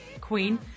Queen